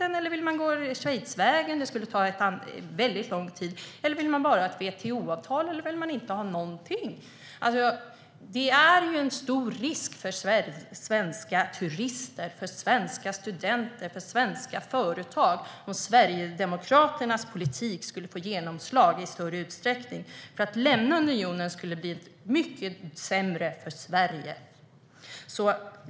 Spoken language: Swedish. Vill ni göra som Schweiz? Det skulle ta mycket lång tid. Vill ni bara ha ett WTO-avtal? Eller vill ni inte ha någonting? Det är en stor risk för svenska turister, för svenska studenter och för svenska företag om Sverigedemokraternas politik skulle få genomslag i större utsträckning. Det skulle bli mycket sämre för Sverige om man lämnade unionen.